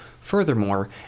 Furthermore